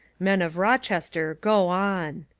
men of rochester go on'